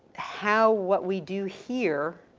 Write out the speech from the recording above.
how what we do here